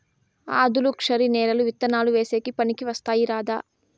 ఆధులుక్షరి నేలలు విత్తనాలు వేసేకి పనికి వస్తాయా రాదా?